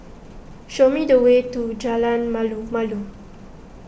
show me the way to Jalan Malu Malu